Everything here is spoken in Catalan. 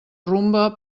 rumba